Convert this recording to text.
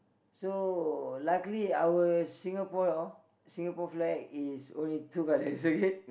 so luckily our Singapore Singapore flag is only two colours red